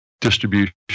distribution